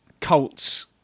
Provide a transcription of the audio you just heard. cults